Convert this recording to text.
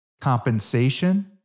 compensation